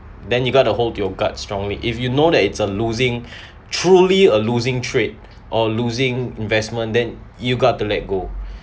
then you got to hold to your gut strongly if you know that it's a losing truly a losing trade or losing investment then you've got to let go